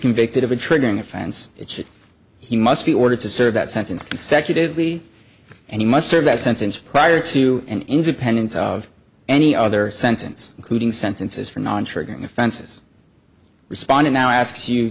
convicted of a triggering offense which he must be ordered to serve that sentence consecutively and he must serve that sentence prior to and independent of any other sentence including sentences for non triggering offenses responded now asks you